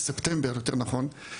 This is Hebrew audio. בספטמבר יותר נכון.